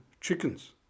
chickens